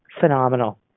Phenomenal